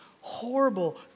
horrible